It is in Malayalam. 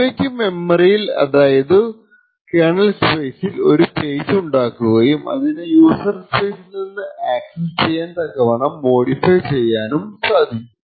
ഇവയ്ക്കു മെമ്മറിയിൽ അതായതു കെർണൽ സ്പേസിൽ ഒരു പേജ് ഉണ്ടാക്കുകയും അതിനെ യൂസർ സ്പേസിൽ നിന്നും അക്സസ്സ് ചെയ്യാൻ തക്കവണ്ണം മോഡിഫൈ ചെയ്യും